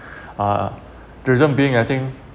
uh the reason being I think